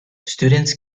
students